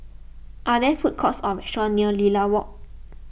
are there food courts or restaurants near Lilac Walk